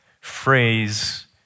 phrase